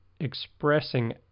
expressing